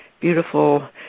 beautiful